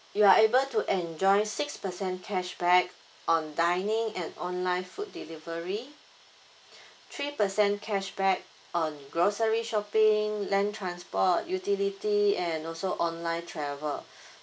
you are able to enjoy six percent cashback on dining and online food delivery three percent cashback on grocery shopping land transport utility and also online travel